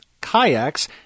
kayaks